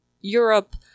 Europe